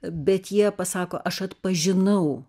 bet jie pasako aš atpažinau